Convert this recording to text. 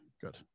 good